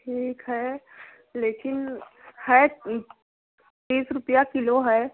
ठीक है लेकिन है तीस रूपये किलो है